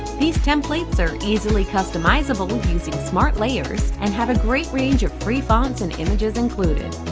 these templates are easily customisable, using smart layers and have a great range of free fonts and images included.